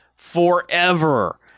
Forever